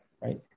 right